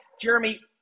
Jeremy